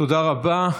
תודה רבה.